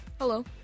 Hello